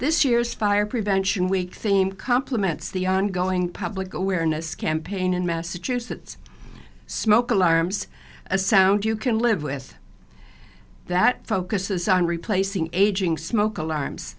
this year's fire prevention week theme compliments the ongoing public awareness campaign in massachusetts smoke alarms a sound you can live with that focuses on replacing aging smoke alarms